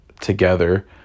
together